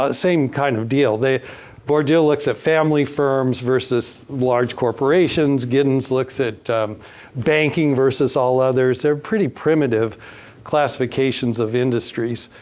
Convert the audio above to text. ah same kind of deal. bordieu looks at family firms versus large corporations. giddens looks at banking versus all others. they're pretty primitive classifications of industries.